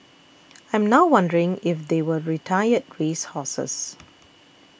I'm now wondering if they were retired race horses